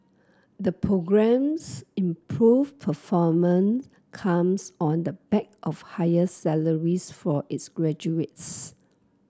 the programme's improved performance comes on the back of higher salaries for its graduates